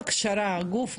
גוף,